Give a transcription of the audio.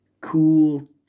cool